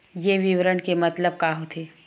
ये विवरण के मतलब का होथे?